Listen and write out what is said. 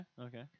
Okay